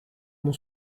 mon